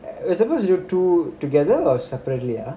it was supposed to do two together or separately ah